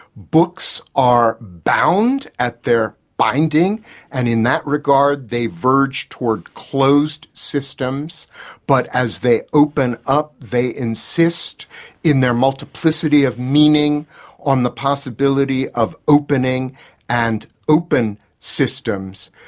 books are bound at their binding and in that regard they verge toward closed systems but as they open up they insist in their multiplicity of meaning on the possibility of opening and open systems.